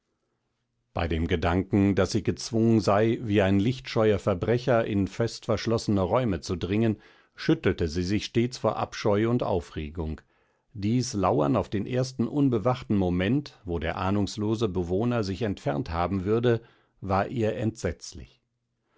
bei dem gedanken daß sie gezwungen sei wie ein lichtscheuer verbrecher in festverschlossene räume zu dringen schüttelte sie sich stets vor abscheu und aufregung dies lauern auf den ersten unbewachten moment wo der ahnungslose bewohner sich entfernt haben würde war ihr entsetzlich